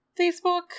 Facebook